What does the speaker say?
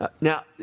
Now